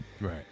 right